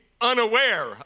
unaware